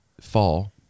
fall